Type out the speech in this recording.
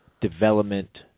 development